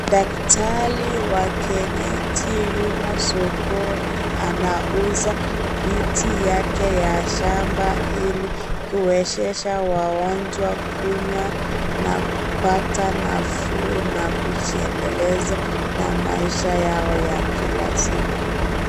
Daktari wa kienyeji yumo sokoni anauza miti yake ya shamba ili kuwezesha wagonjwa kunywa na kupata nafuu nakujiendeleza na maisha yao ya kila siku.